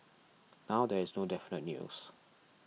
now there is no definite news